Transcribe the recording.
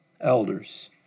elders